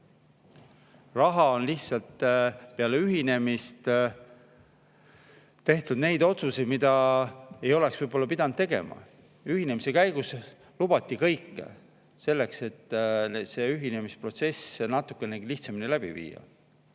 valed otsused. Peale ühinemist tehti otsuseid, mida ei oleks võib-olla pidanud tegema. Ühinemise käigus lubati kõike selleks, et see ühinemisprotsess natukenegi lihtsamini läbi viia.